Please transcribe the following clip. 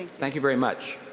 thank you very much.